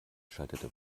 schaltete